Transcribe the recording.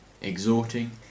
exhorting